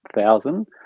thousand